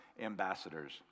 ambassadors